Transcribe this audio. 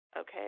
Okay